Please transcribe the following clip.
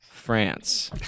France